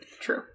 true